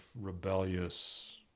rebellious